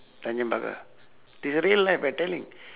tanjong pagar this real life I telling